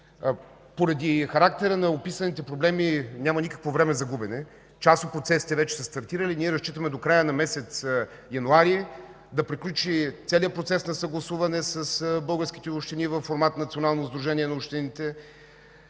Поради характера на описаните проблеми няма никакво време за губене. Част от процесите вече са стартирали. Разчитаме до края на месец януари да приключи целият процес на съгласуване с българските общини във формат Национално сдружение на общините.